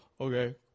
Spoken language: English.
okay